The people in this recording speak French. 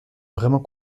vraiment